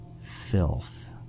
filth